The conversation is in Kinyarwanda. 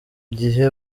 gihe